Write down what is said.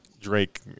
Drake